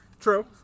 True